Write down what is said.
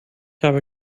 habe